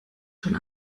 schon